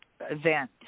event